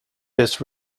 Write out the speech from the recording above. this